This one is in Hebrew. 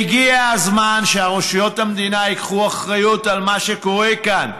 והגיע הזמן שרשויות המדינה ייקחו אחריות על מה שקורה כאן.